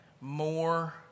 more